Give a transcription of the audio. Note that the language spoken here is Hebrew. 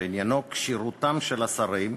שעניינו כשירותם של השרים,